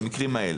במקרים האלה.